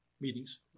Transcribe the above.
meetings